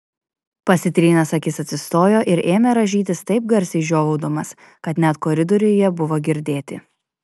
pasitrynęs akis atsistojo ir ėmė rąžytis taip garsiai žiovaudamas kad net koridoriuje buvo girdėti